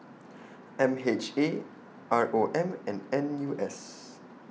M H A R O M and N U S